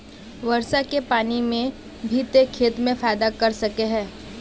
वर्षा के पानी भी ते खेत में फायदा कर सके है?